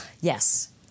Yes